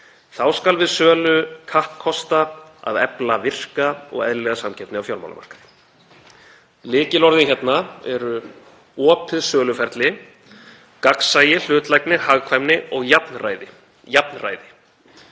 Þá skal við sölu kappkosta að efla virka og eðlilega samkeppni á fjármálamarkaði.“ Lykilorðin hérna eru opið söluferli, gagnsæi, hlutlægni, hagkvæmni og jafnræði.